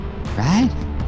Right